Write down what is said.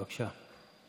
בבקשה.